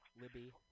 Libby